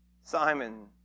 Simon